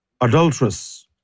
adulteress